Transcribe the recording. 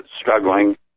struggling